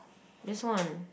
this one